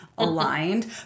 aligned